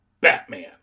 Batman